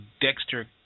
Dexter